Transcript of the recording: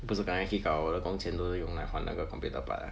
不是 kena kick out 我的工钱都是用来换那个 computer part